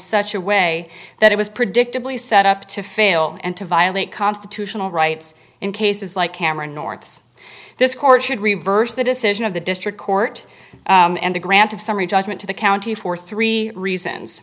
such a way that it was predictably set up to fail and to violate constitutional rights in cases like cameron north's this court should reverse the decision of the district court and a grant of summary judgment to the county for three reasons